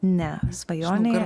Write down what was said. ne svajonėje